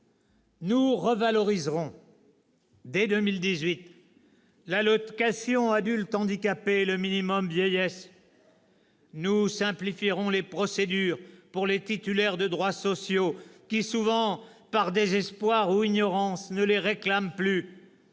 Nous revaloriserons dès 2018 l'allocation adulte handicapé et le minimum vieillesse. Nous simplifierons les procédures pour les titulaires de droits sociaux qui, souvent, par désespoir ou ignorance, ne les réclament plus.